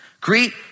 greet